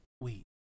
wait